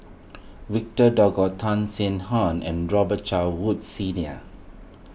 Victor Doggett Tan Sin Aun and Robet Carr Woods Senior